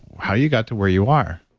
how you got to where you are,